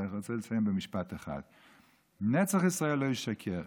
ואני רוצה לסיים במשפט אחד: נצח ישראל לא ישקר.